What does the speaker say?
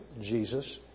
Jesus